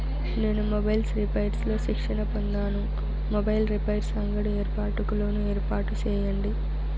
నేను mobiles repairs లో శిక్షణ పొందాను, మొబైల్ రిపైర్స్ అంగడి ఏర్పాటుకు లోను ఏర్పాటు సేయండి?